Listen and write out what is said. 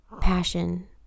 passion